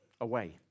away